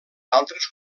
altres